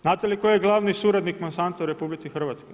Znate li tko je glavni suradnik Monsanto u RH?